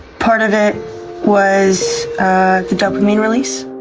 part of it was the dopamine release.